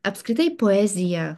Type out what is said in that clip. apskritai poezija